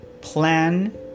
plan